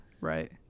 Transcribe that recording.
right